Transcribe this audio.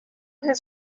his